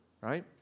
right